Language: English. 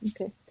Okay